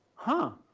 huh.